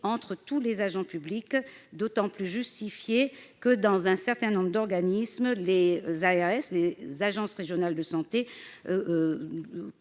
entre agents publics, d'autant plus justifiée que, dans un certain nombre d'organismes comme les agences régionales de santé,